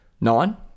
Nine